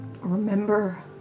remember